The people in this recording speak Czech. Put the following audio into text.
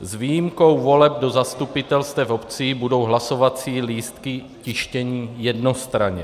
S výjimkou voleb do zastupitelstev obcí budou hlasovací lístky tištěny jednostranně.